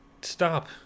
stop